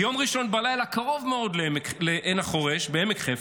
ביום ראשון בלילה קרוב מאוד לעין החורש, בעמק חפר,